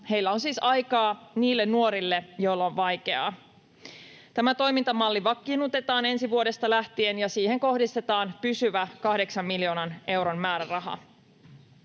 Heillä on siis aikaa niille nuorille, joilla on vaikeaa. Tämä toimintamalli vakiinnutetaan ensi vuodesta lähtien, ja siihen kohdistetaan pysyvä kahdeksan miljoonan euron määräraha.